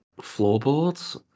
floorboards